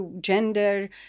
gender